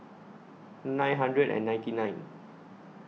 nine hundred and ninety nine